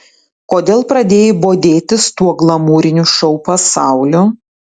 kodėl pradėjai bodėtis tuo glamūriniu šou pasauliu